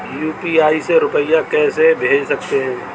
UPI से रुपया कैसे भेज सकते हैं?